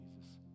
Jesus